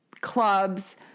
clubs